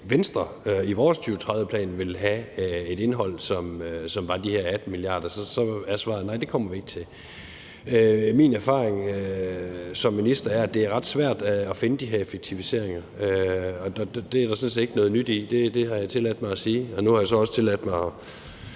Venstre i vores 2030-plan ville have et indhold, som var de her 18 mia. kr., så er svaret: Nej, det kommer vi ikke til. Min erfaring som minister er, at det er ret svært at finde de her effektiviseringer. Det er der sådan set ikke noget nyt i, og det har jeg tilladt mig at sige. Og nu har jeg så også tilladt mig at